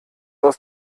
aus